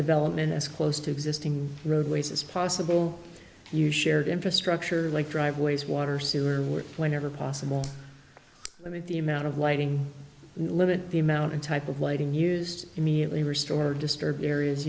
development as close to existing roadways as possible you shared infrastructure like driveways water sewer whenever possible i mean the amount of lighting limit the amount and type of lighting used immediately restore disturbed areas